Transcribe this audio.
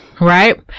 Right